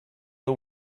the